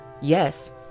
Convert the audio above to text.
Yes